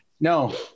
No